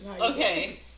Okay